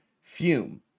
fume